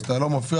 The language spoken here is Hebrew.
אז אתה לא מפריע,